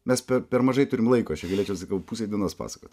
mes per mažai turim laiko aš čia galėčiau sakau pusę dienos pasakot